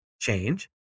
change